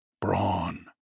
brawn